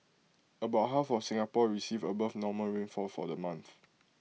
about half of Singapore received above normal rainfall for the month